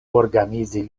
organizi